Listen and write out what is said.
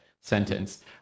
sentence